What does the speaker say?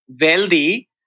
wealthy